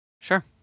Sure